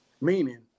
Meaning